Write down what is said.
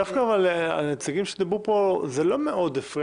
דווקא לנציגים שדיברו פה לא מאוד הפריע